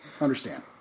Understand